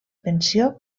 pensió